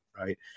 Right